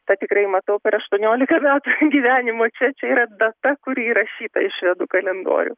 tą tikrai matau per aštuoniolika metų gyvenimo čia čia yra data kuri įrašyta į švedų kalendorių